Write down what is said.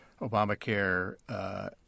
Obamacare